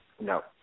No